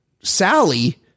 Sally